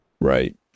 Right